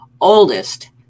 oldest